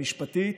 המשפטית.